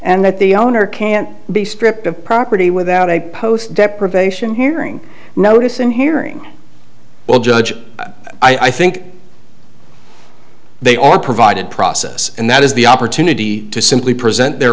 and that the owner can't be stripped of property without a post deprivation hearing notice and hearing well judge i think they are provided process and that is the opportunity to simply present their